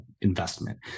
investment